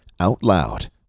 OUTLOUD